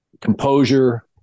composure